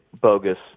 bogus